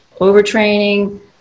Overtraining